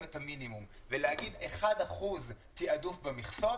את המינימום ולהגיד שאחוז אחד תעדוף במכסות,